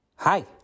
Hi